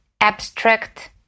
abstract